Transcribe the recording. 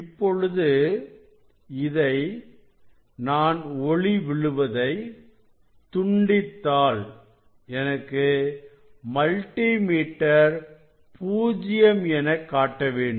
இப்பொழுது இதை நான் ஒளி விழுவதை துண்டித்தாள் எனக்கு மல்டி மீட்டர் பூஜ்ஜியம் என காட்ட வேண்டும்